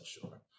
sure